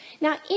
now